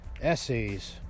essays